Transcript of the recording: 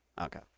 Okay